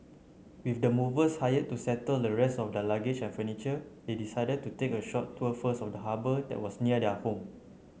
with the movers hired to settle the rest of their luggage and furniture they decided to take a short tour first of the harbour that was near their home